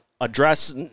address